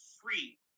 free